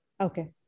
Okay